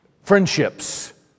friendships